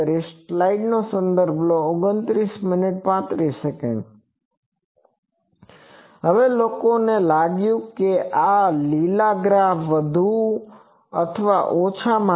સ્લાઇડનો સંદર્ભ લો 2935 હવે લોકોને લાગ્યું કે આ લીલા ગ્રાફ વધુમાં અથવા ઓછામાં આવે છે